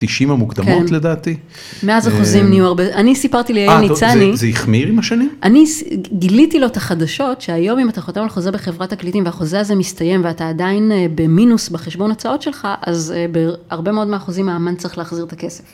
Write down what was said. תשעים המוקדמות לדעתי. כן. מאז החוזים נהיו הרבה... אני סיפרתי ליאיר ניצני. זה החמיר עם השנים? אני גיליתי לו את החדשות שהיום אם אתה חותם על חוזה בחברת תקליטים, והחוזה הזה מסתיים ואתה עדיין במינוס בחשבון הוצאות שלך, אז בהרבה מאוד מהחוזים האמן צריך להחזיר את הכסף.